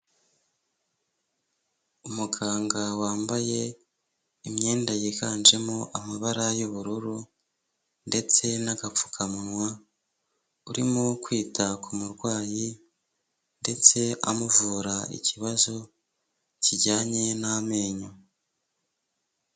Umuganga wambaye imyenda yiganjemo amabara y'ubururu ndetse n'agapfukamunwa urimo kwita ku murwayi ndetse amuvura ikibazo kijyanye n'amenyo.